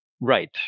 Right